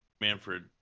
Manfred